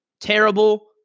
terrible